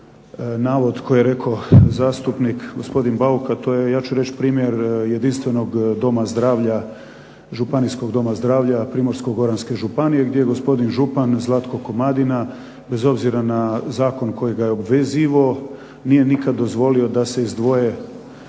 navod koji je rekao zastupnik gospodin Bauk, a to je ja ću reći primjer jedinstvenog doma zdravlja, županijskog doma zdravlja Primorsko-goranske županije, gdje je gospodin župan Zlatko Komadina bez obzira na zakon koji ga je obvezivao nije nikad dozvolio da se izdvoje,